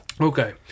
Okay